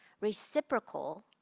reciprocal